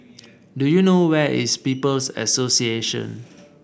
do you know where is People's Association